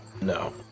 No